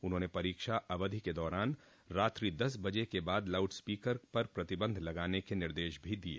उन्होंने परीक्षा अवधि के दौरान रात्रि दस बजे के बाद लाउडस्पीकर पर प्रतिबंध लगाने क निर्देश भी दिये